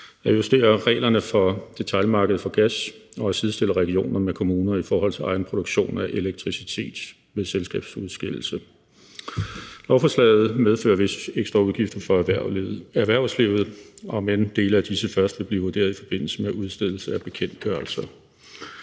og justere reglerne for detialmarkedet for gas og sidestille regioner med kommuner i forhold til egenproduktion af elektricitet ved selskabsudskillelse. Lovforslaget medfører visse ekstraudgifter for erhvervslivet, om end dele af disse først vil blive vurderet i forbindelse med udstedelse af bekendtgørelser.